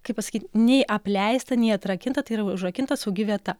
kaip pasakyt nei apleista nei atrakinta tai yra užrakinta saugi vieta